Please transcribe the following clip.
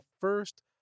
first